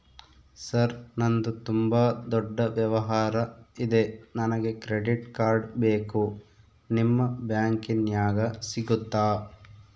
Sir ನಂದು ತುಂಬಾ ದೊಡ್ಡ ವ್ಯವಹಾರ ಇದೆ ನನಗೆ ಕ್ರೆಡಿಟ್ ಕಾರ್ಡ್ ಬೇಕು ನಿಮ್ಮ ಬ್ಯಾಂಕಿನ್ಯಾಗ ಸಿಗುತ್ತಾ?